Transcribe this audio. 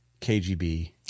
KGB